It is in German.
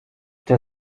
der